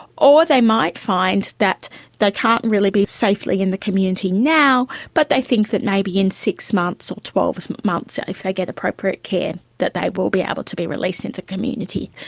or they might find that they can't really be safely in the community now, but they think that maybe in six months or twelve months ah if they get appropriate care, that they will be able to be released in the community.